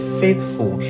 faithful